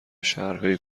شهرهای